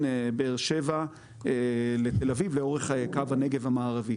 באר שבע לבין תל אביב לאורך קו הנגב המערבי.